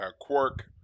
Quark